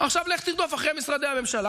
עכשיו לך תרדוף אחרי משרדי הממשלה.